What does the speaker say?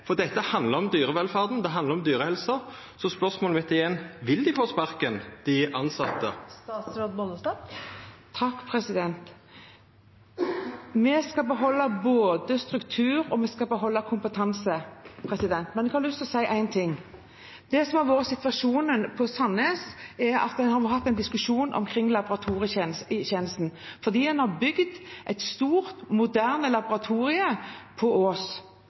for dette handlar om dyrevelferda, det handlar om dyrehelsa. Så spørsmålet mitt er igjen: Vil dei tilsette få sparken? Vi skal beholde struktur, og vi skal beholde kompetanse. Men jeg har lyst til å si én ting: Det som har vært situasjonen på Sandnes, er at en har hatt en diskusjon omkring laboratorietjenesten, fordi en har bygd et stort, moderne laboratorium på Ås.